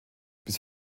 bis